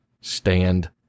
stand